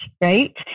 right